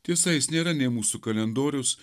tiesa jis nėra nei mūsų kalendorius